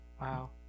Wow